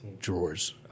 Drawers